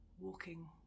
walking